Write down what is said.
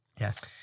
Yes